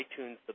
iTunes